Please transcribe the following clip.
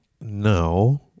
no